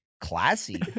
Classy